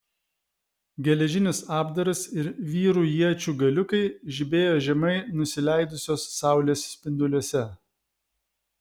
geležinis apdaras ir vyrų iečių galiukai žibėjo žemai nusileidusios saulės spinduliuose